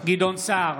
גדעון סער,